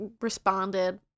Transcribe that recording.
responded